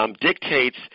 dictates